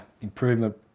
improvement